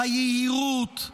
היהירות,